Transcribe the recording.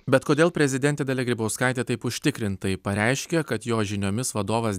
bet kodėl prezidentė dalia grybauskaitė taip užtikrintai pareiškė kad jos žiniomis vadovas